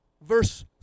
verse